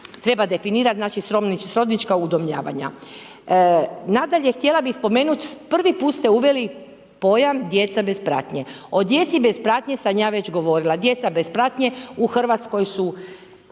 treba definirati, znači srodnička udomljavanja. Nadalje, htjela bih spomenuti prvi put ste uveli pojam djeca bez pratnje. O djeci bez pratnje sam ja već govorila. Djeca bez pratnje u Hrvatskoj su